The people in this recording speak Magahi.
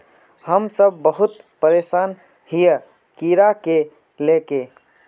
हम सब बहुत परेशान हिये कीड़ा के ले के?